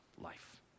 life